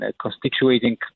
constituting